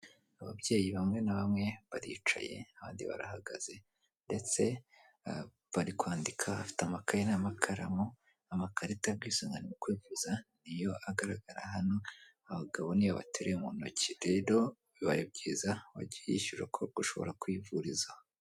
Ababyeyi bamwe na bamwe baricaye abandi barahagaze ndetse bari kwandika bafite amakaye n'amakaramu, amakarita y'ubwisungane mu kwivuza iyo agaragara hano abagabo niyo bateruye mu ntoki, rero bibaye byiza wajya uyishyura ko ushobora kuyivurizaho.